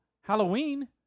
Halloween